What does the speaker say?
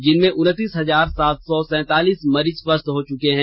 जिनमें उनतीस हजार सात सो सैंतालिस मेरीज स्वस्थ्य हो चुके हैं